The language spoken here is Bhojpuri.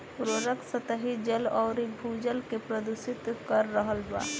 उर्वरक सतही जल अउरी भू जल के प्रदूषित कर रहल बा